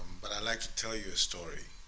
but i'd like to tell you a story.